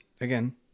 again